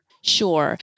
Sure